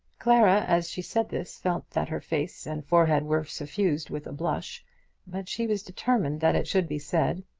clara as she said this felt that her face and forehead were suffused with a blush but she was determined that it should be said,